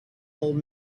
old